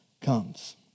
comes